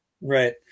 Right